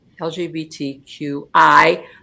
LGBTQI